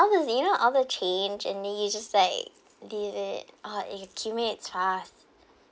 ~all the you know all the change and then he just like leave it oh he accumulate is fast